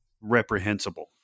reprehensible